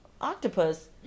octopus